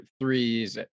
three's